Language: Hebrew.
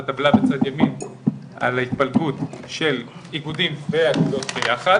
על התפלגות של איגודים ואגודות ביחד.